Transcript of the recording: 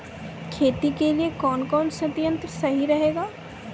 खेती के लिए कौन कौन संयंत्र सही रहेगा?